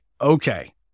okay